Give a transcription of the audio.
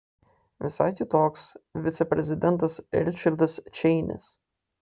visai kitoks viceprezidentas ričardas čeinis